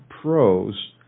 Pros